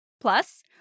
Plus